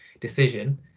decision